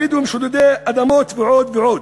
הבדואים שודדי אדמות ועוד ועוד?